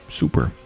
super